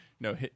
No